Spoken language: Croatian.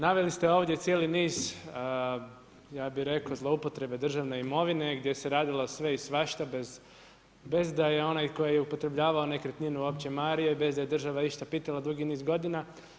Naveli ste ovdje cijeli niz ja bih rekao zloupotrebe državne imovine gdje se radilo sve i svašta bez da je onaj koji je upotrebljavaju nekretninu uopće mario i bez da je država išta pitala dugi niz godina.